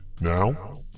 Now